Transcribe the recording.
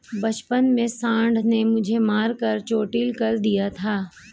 बचपन में सांड ने मुझे मारकर चोटील कर दिया था